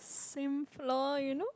same floor you know